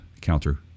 counter